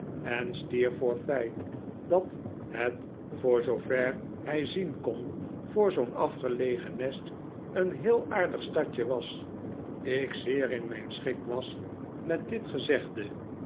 en steerforth zei dat het voor zoover hij zien kon voor zoo'n afgelegen nest een heel aardig stadje was ik zeer in mijn schik was met dit gezegde